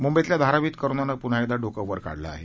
मुंबईतल्या धारावीत कोरोनान प्न्हा डोकं वर काढलं आहे